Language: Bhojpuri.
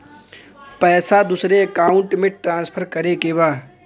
पैसा दूसरे अकाउंट में ट्रांसफर करें के बा?